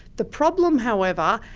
the problem, however,